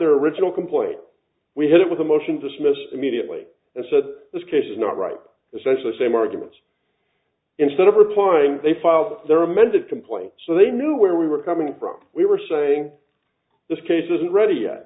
their original complaint we had it with a motion dismissed immediately and said this case is not right essentially same arguments instead of replying they filed their amended complaint so they knew where we were coming from we were saying this case isn't ready yet